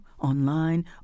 online